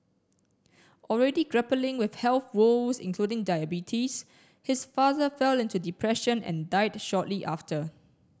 already grappling with health woes including diabetes his father fell into depression and died shortly after